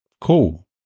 cool